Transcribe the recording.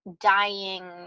dying